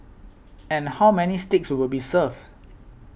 and how many steaks will be served